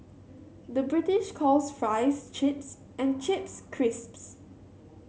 the British calls fries chips and chips crisps